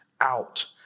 out